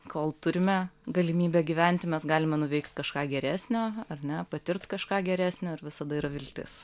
kol turime galimybę gyventi mes galime nuveikt kažką geresnio ar ne patirt kažką geresnio ir visada yra viltis